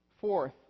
Fourth